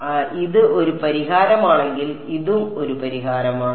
അതിനാൽ ഇത് ഒരു പരിഹാരമാണെങ്കിൽ ഇതും ഒരു പരിഹാരമാണ്